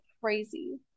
crazy